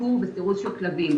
עיקור וסירוס של כלבים.